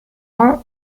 vingt